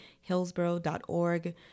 Hillsboro.org